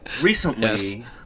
Recently